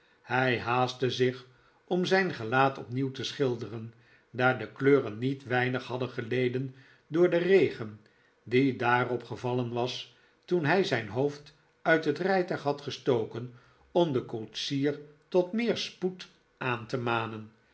hy haastte zich om zijn gelaat opnieuw te schilderen daar de kleuren niet weinig hadden geleden door den regen die daarop gevallen was toen hij zijn hoofd uit het rijtuig had gestoken om den koetsier tot meer spoed aan te manen